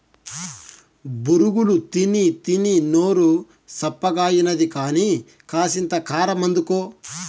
బొరుగులు తినీతినీ నోరు సప్పగాయినది కానీ, కాసింత కారమందుకో